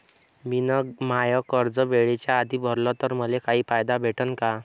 मिन माय कर्ज वेळेच्या आधी भरल तर मले काही फायदा भेटन का?